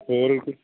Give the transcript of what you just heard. ਹੋਰ